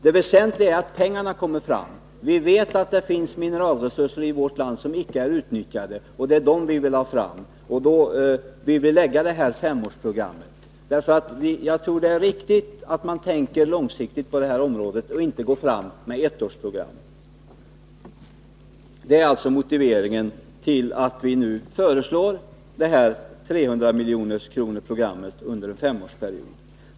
Det väsentliga är att pengarna kommer fram. Vi vet att det finns mineralresurser i vårt land som icke är utnyttjade. Det är dem vi vill ha fram, och därför vill vi genomföra det föreslagna femårsprogrammet. Jag tror att det är riktigt att man tänker långsiktigt på detta område och inte går fram med ettårsprogram. Det är alltså motiveringen till att vi nu föreslår 300-miljonersprogrammet under en femårsperiod.